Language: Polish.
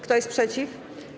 Kto jest przeciw?